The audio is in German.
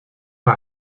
bei